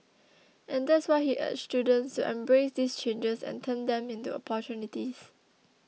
and that's why he urged students to embrace these changes and turn them into opportunities